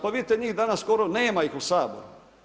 Pa vidite njih danas skoro nema ih u Saboru.